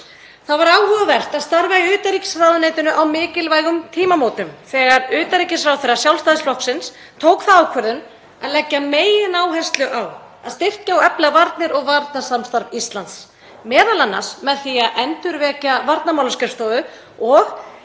Það var áhugavert að starfa í utanríkisráðuneytinu á mikilvægum tímamótum þegar utanríkisráðherra Sjálfstæðisflokksins tók þá ákvörðun að leggja megináherslu á að styrkja og efla varnir og varnarsamstarf Íslands, m.a. með því að endurvekja varnarmálaskrifstofu og